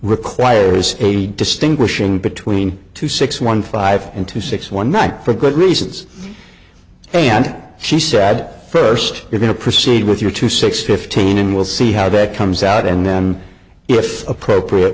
requires a distinguishing between two six one five and two six one night for good reasons and she said first you're going to proceed with your two six fifteen and we'll see how that comes out and then if appropriate